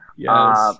Yes